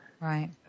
Right